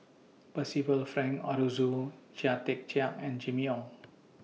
Percival Frank Aroozoo Chia Tee Chiak and Jimmy Ong